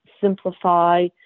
simplify